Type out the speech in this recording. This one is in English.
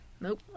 Nope